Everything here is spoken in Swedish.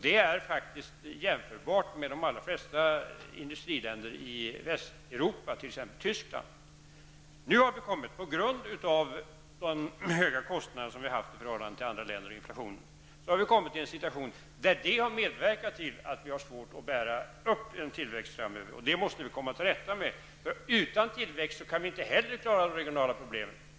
Det är faktiskt jämförbart med tillväxten i de allra flesta industriländer i Västeuropa, t.ex. Tyskland. Nu har vi, på grund av de höga kostnader som vi, i förhållande till andra länder, har haft och på grund av inflationen, kommit i en situation då det är svårt att få tillväxt framöver. Detta måste vi komma till rätta med. Utan tillväxt kan vi nämligen inte heller klara av de regionala problemen.